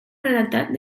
redactat